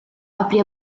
aprì